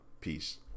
peace